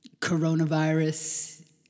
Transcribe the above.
coronavirus